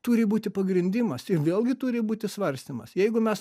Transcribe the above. turi būti pagrindimas ir vėlgi turi būti svarstymas jeigu mes